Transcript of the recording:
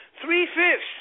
three-fifths